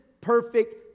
perfect